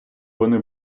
вони